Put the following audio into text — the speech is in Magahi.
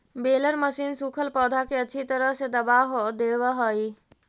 बेलर मशीन सूखल पौधा के अच्छी तरह से दबा देवऽ हई